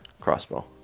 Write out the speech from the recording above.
crossbow